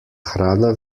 hrana